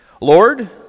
Lord